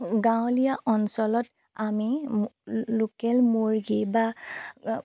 গাঁৱলীয়া অঞ্চলত আমি লোকেল মুৰ্গী বা